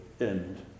end